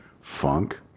funk